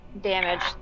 damage